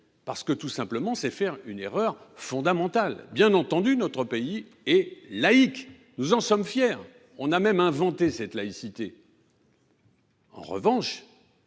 parce que tout simplement, c'est faire une erreur fondamentale. Bien entendu, notre pays est laïque. Nous en sommes fiers. On a même inventé cette laïcité. En revanche,